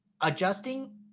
Adjusting